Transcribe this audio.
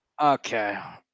Okay